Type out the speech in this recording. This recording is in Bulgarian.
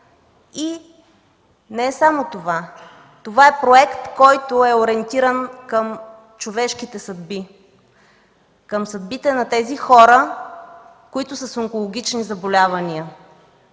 И не само това. Това е проект, който е ориентиран към човешките съдби, към съдбите на тези хора, които са с онкологични заболявания,